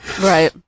Right